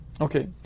Okay